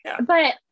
but-